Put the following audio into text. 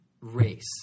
race